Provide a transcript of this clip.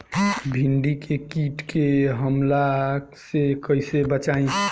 भींडी के कीट के हमला से कइसे बचाई?